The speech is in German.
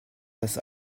das